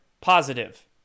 positive